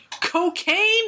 Cocaine